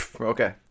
Okay